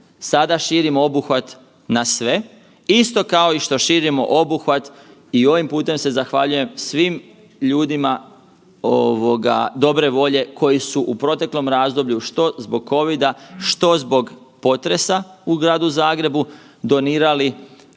sada širimo obuhvat na sve, isto kao što širimo obuhvat i ovim putem se zahvaljujem svim ljudima dobre volje koji su u proteklom razdoblju što zbog COVID-a, što zbog potresa u gradu Zagrebu donirali